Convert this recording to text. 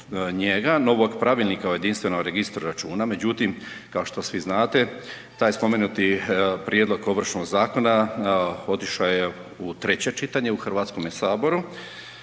novog Pravilnika o jedinstvenom registru računa, međutim kao što svi znate taj spomenuti prijedlog Ovršnog zakona otišao je u treće čitanje u Hrvatskome saboru